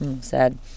sad